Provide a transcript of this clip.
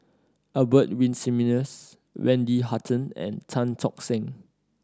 Albert Winsemius Wendy Hutton and Tan Tock Seng